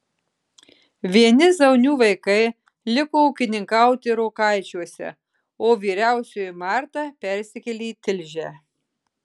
vieni zaunių vaikai liko ūkininkauti rokaičiuose o vyriausioji marta persikėlė į tilžę